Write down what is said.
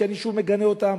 שאני שוב מגנה אותן,